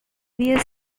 varies